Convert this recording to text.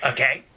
Okay